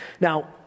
Now